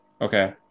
Okay